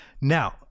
Now